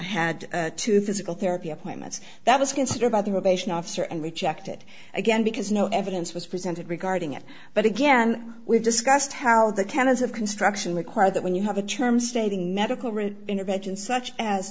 had to physical therapy appointments that was considered by the rotation officer and rejected again because no evidence was presented regarding it but again we discussed how the cannas of construction require that when you have a term stating medical intervention such as